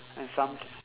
and some